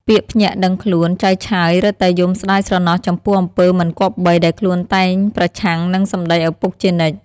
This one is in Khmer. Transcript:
ពេលភ្ញាក់ដឹងខ្លួន ចៅឆើយរឹតតែយំស្តាយស្រណោះចំពោះអំពើមិនគប្បី ដែលខ្លួនតែងប្រឆាំងនឹងសម្តីឪពុកជានិច្ច ។